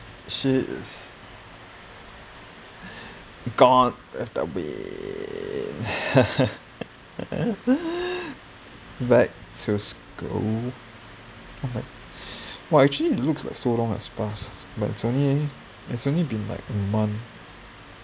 she is going to be back to school !wah! actually looks like so long has passed but it's only been it's only been like a month